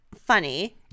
funny